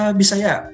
bisaya